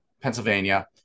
Pennsylvania